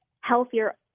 healthier